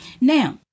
Now